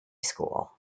school